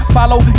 Follow